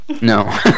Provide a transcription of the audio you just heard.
No